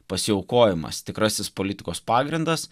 pasiaukojimas tikrasis politikos pagrindas